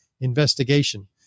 investigation